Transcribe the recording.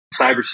cybersecurity